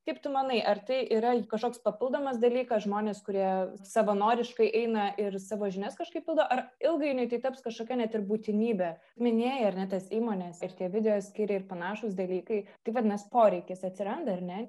kaip tu manai ar tai yra kažkoks papildomas dalykas žmonės kurie savanoriškai eina ir savo žinias kažkaip pildo ar ilgainiui tai taps kažkokia ne tik būtinybe minėjai ar ne tas įmones ir tie video skyriai ir panašūs dalykai tai vadinas poreikis atsiranda ar ne